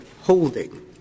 holding